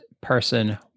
person